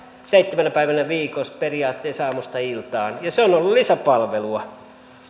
seitsemänä päivänä viikossa periaatteessa aamusta iltaan ja se on ollut lisäpalvelua